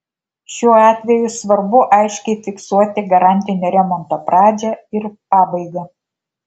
šiuo atveju svarbu aiškiai fiksuoti garantinio remonto pradžią ir pabaigą